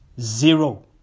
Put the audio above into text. zero